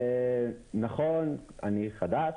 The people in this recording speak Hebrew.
נכון, אני חדש,